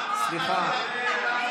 סליחה.